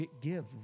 give